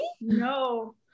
No